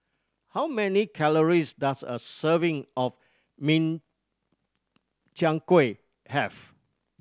how many calories does a serving of Min Chiang Kueh have